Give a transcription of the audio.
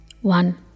One